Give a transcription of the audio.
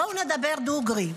בואו נדבר דוגרי,